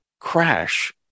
crash